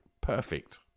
Perfect